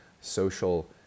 social